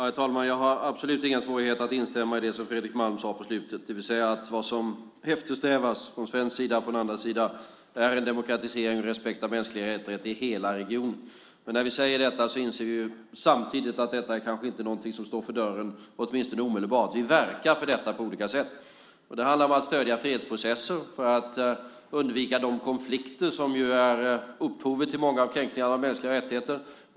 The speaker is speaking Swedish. Herr talman! Jag har absolut ingen svårighet att instämma i det som Fredrik Malm sade på slutet, det vill säga att vad vi från svensk sida eftersträvar från den andra sidan är en demokratisering och respekt för mänskliga rättigheter i hela regionen. När vi säger det inser vi samtidigt att detta kanske inte är någonting som står för dörren åtminstone omedelbart. Vi verkar för detta på olika sätt. Det handlar om att stödja fredsprocesser för att undvika de konflikter som ju är upphovet till många kränkningar av mänskliga rättigheter.